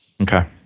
Okay